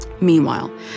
Meanwhile